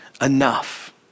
enough